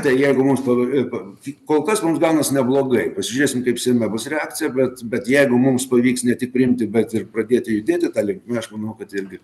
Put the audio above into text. deja rūmus toliau ir pav kol kas mums gaunas neblogai pasižiūrėsim kaip seime bus reakcija bet bet jeigu mums pavyks ne tik priimti bet ir pradėti judėti ta linkme aš manau kad irgi